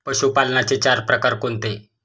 पशुपालनाचे चार प्रकार कोणते?